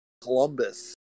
Columbus